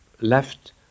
left